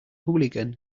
hooligan